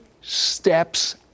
steps